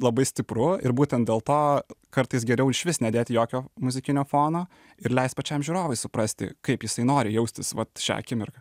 labai stipru ir būtent dėl to kartais geriau išvis nedėt jokio muzikinio fono ir leist pačiam žiūrovui suprasti kaip jisai nori jaustis vat šią akimirką